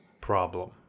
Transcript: problem